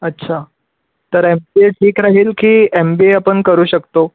अच्छा तर M C A ठीक राहील की एम बी ए पण करू शकतो